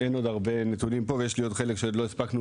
אין עוד הרבה נתונים פה ויש לי עוד חלק שעוד לא הספקנו,